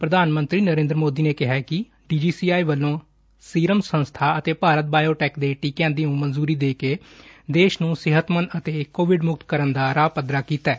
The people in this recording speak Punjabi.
ਪ੍ਰਧਾਨ ਮੰਤਰੀ ਨਰਿੰਦਰ ਮੋਦੀ ਨੇ ਕਿਹਾ ਕਿ ਡੀਜੀਸੀਆਈ ਵਲੋ' ਸਿਰਮ ਸੰਸਬਾ ਅਤੇ ਭਾਰਤ ਬਾਇਓਟੈਕ ਦੇ ਟੀਕਿਆਂ ਨੂੰ ਮੰਜੁਰੀ ਦੇ ਕੇ ਦੇਸ਼ ਨੂੰ ਸਿਹਤਮੰਦ ਅਤੇ ਕੋਵਿਡ ਮੁਕਤ ਕਰਨ ਦਾ ਰਾਹ ਪੱਧਰਾ ਕੀਤੈ